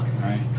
right